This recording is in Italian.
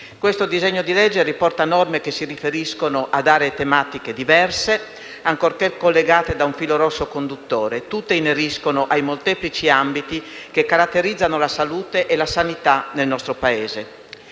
Questo provvedimento riporta norme che si riferiscono ad aree tematiche diverse, ancorché collegate da un filo rosso conduttore: tutte ineriscono ai molteplici ambiti che caratterizzano la salute e la sanità del nostro Paese.